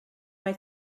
mae